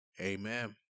amen